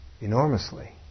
enormously